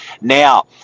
now